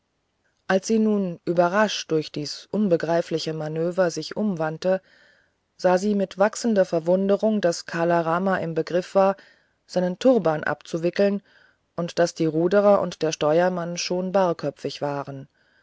als sie nun überrascht durch dies unbegreifliche manöver sich umwandte sah sie mit wachsender verwunderung daß kala rama im begriff war seinen turban abzuwickeln und daß die ruderer und der steuermann schon barköpfig waren